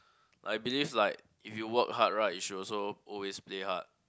I believe like if you work hard right you should also always play hard